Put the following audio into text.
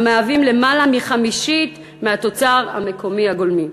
שהם יותר מחמישית התוצר המקומי הגולמי,